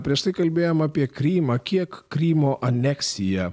prieš tai kalbėjom apie krymą kiek krymo aneksija